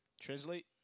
translate